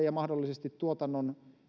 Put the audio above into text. ja mahdollisesti tuotannon